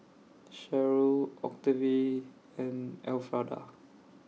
Sharyl Octavie and Alfrada